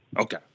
Okay